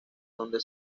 donde